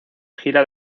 gira